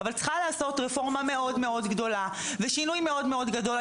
אבל צריכה להיעשות רפורמה מאוד מאוד גדולה ושינוי מאוד מאוד גדול.